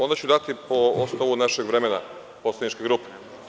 Onda ću po osnovu našeg vremena poslaničke grupe.